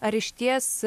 ar išties